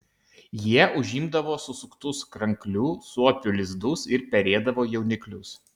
jie užimdavo susuktus kranklių suopių lizdus ir perėdavo jauniklius